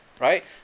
right